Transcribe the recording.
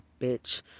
bitch